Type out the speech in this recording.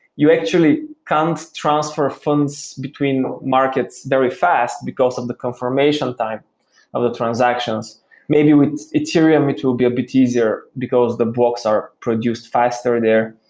you actually can't transfer funds between markets very fast, because of um the confirmation time of the transaction maybe with ethereum, it will be a bit easier because the blocks are produced faster there.